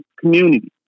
community